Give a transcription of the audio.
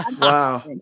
wow